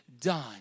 done